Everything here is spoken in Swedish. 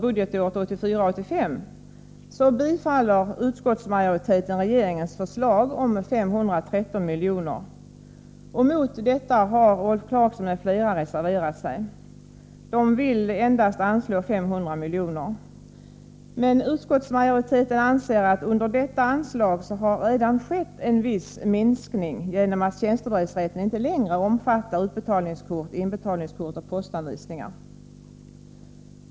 Utskottsmajoriteten anser dock att det under detta anslag redan har skett en viss minskning genom att tjänstebrevsrätten inte längre omfattar utbetalningskort, inbetalningskort och postanvisningar.